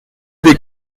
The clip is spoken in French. des